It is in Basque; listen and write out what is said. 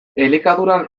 elikaduran